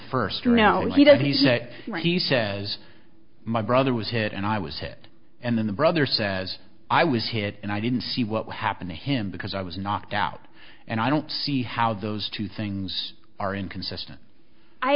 first you know he did he say when he says my brother was hit and i was hit and then the brother says i was hit and i didn't see what would happen to him because i was knocked out and i don't see how those two things are inconsistent i